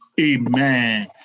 amen